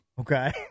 Okay